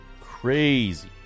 Crazy